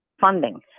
funding